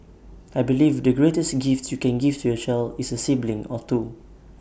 I believe the greatest gift you can give to your child is A sibling or two